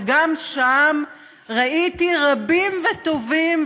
וגם שם ראיתי רבים וטובים,